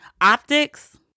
optics